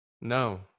No